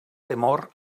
temor